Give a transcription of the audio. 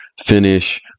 Finish